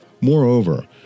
Moreover